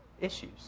issues